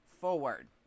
forward